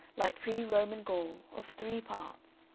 like pre-roman gaul, of three parts.